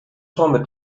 torn